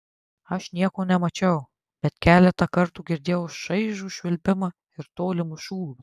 aš nieko nemačiau bet keletą kartų girdėjau šaižų švilpimą ir tolimus šūvius